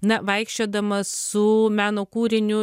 na vaikščiodamas su meno kūriniu